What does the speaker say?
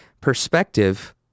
perspective